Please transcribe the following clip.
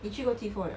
你去过 T four liao